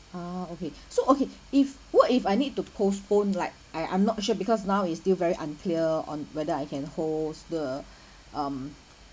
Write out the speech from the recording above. uh okay so okay if what if I need to postpone like I I'm not sure because now is still very unclear on whether I can host the um